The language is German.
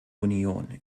union